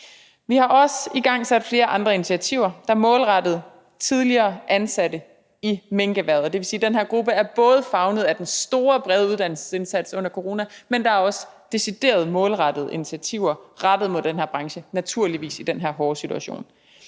Vi har også igangsat flere andre initiativer, der er målrettet tidligere ansatte i minkerhvervet. Det vil sige, at den her gruppe både er favnet af den store, brede uddannelsesindsats under corona, men at der naturligvis også er deciderede målrettede initiativer rettet mod den her branche i den her hårde situation.